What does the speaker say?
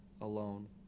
alone